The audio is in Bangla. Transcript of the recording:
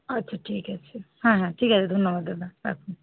আচ্ছা ঠিক আছে হ্যাঁ হ্যাঁ ঠিক আছে ধন্যবাদ দাদা রাখুন